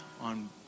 on